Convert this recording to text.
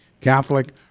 Catholic